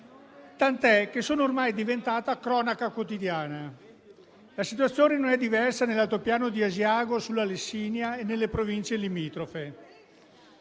tant'è che è ormai diventata cronaca quotidiana. La situazione non è diversa nell'altopiano di Asiago, sulla Lessinia e nelle province limitrofe.